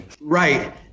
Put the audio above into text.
Right